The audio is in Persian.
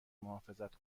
محافظت